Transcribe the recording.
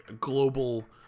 global